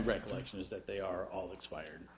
recollection is that they are all expired